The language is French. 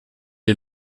est